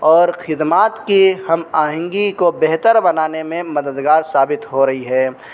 اور خدمات کی ہم آہنگی کو بہتر بنانے میں مددگار ثابت ہو رہی ہیں